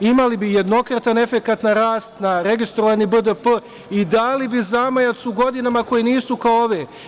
Imali bi jednokratan efekat na rast, na registrovani BDP i dali bi zamajac u godina koje nisu kao ove.